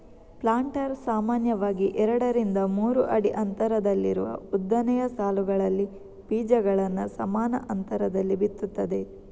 planter ಸಾಮಾನ್ಯವಾಗಿ ಎರಡರಿಂದ ಮೂರು ಅಡಿ ಅಂತರದಲ್ಲಿರುವ ಉದ್ದನೆಯ ಸಾಲುಗಳಲ್ಲಿ ಬೀಜಗಳನ್ನ ಸಮಾನ ಅಂತರದಲ್ಲಿ ಬಿತ್ತುತ್ತದೆ